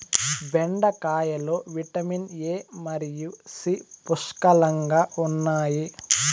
బెండకాయలో vitamin A మరియు C పుష్కలంగా ఉన్నాయి